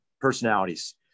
personalities